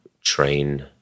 train